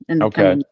Okay